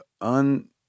un